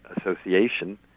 Association